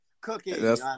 cooking